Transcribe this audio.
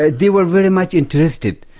ah they were really much interested.